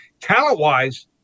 Talent-wise